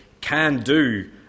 can-do